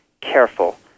careful